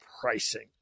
pricing